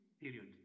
period